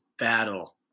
battle